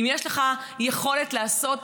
אם יש לך יכולת לעשות,